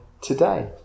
today